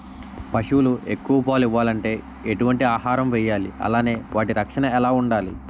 పశువులు ఎక్కువ పాలు ఇవ్వాలంటే ఎటు వంటి ఆహారం వేయాలి అలానే వాటి రక్షణ ఎలా వుండాలి?